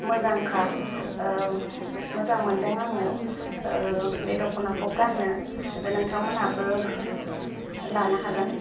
मोजांखा मोजां मोनदों आङो बे दख'नाखौ गाननो नोंथांमोनहाबो लानो हागोन